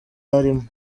arimo